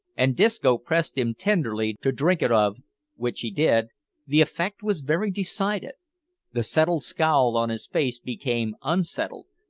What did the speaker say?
and disco pressed him tenderly to drink it off which he did the effect was very decided the settled scowl on his face became unsettled,